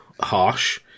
harsh